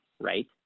right